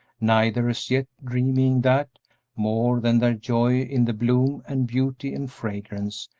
neither as yet dreaming that more than their joy in the bloom and beauty and fragrance,